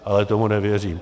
Ale tomu nevěřím.